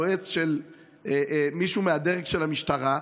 יועץ של מישהו מהדרג של המשטרה,